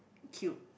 cute